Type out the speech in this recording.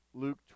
Luke